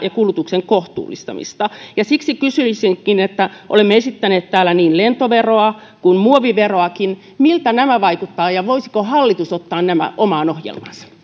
ja kulutuksen kohtuullistamista siksi kysyisinkin olemme esittäneet täällä niin lentoveroa kuin muoviveroakin miltä nämä vaikuttavat ja voisiko hallitus ottaa nämä omaan ohjelmaansa